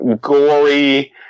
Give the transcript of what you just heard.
gory